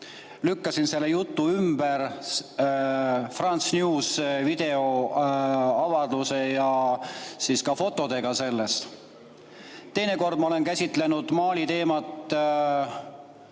Lükkasin selle jutu ümber France Newsi videoavaldusega ja ka fotodega sellest. Teine kord käsitlesin ma Mali teemat